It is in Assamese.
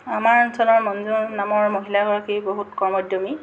আমাৰ অঞ্চলৰ মঞ্জু নামৰ মহিলাগৰাকী বহুত কৰ্ম উদ্য়মী